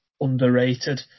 underrated